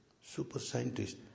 super-scientist